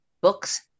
Books